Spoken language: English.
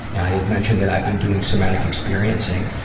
i had mentioned that i had been doing somatic experiencing,